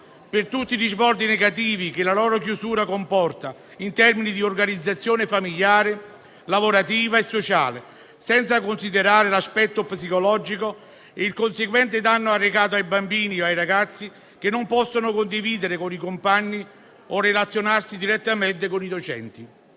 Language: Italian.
per tutti i risvolti negativi che la loro chiusura comporta in termini di organizzazione familiare, lavorativa e sociale, senza considerare l'aspetto psicologico e il conseguente danno arrecato ai bambini e ai ragazzi che non possono condividere con i compagni o relazionarsi direttamente con i docenti.